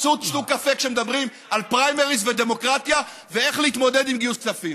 שתו קפה כשמדברים על פריימריז ודמוקרטיה ואיך להתמודד עם גיוס כספים.